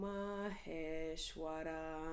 Maheshwara